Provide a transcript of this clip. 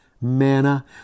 Manna